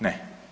Ne.